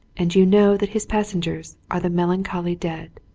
and you know that his passengers are the melancholy dead.